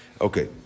Okay